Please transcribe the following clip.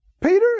Peter